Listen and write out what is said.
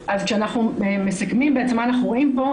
כשאנחנו מסכמים, בעצם מה אנחנו רואים פה?